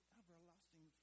everlasting